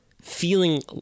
feeling